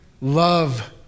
love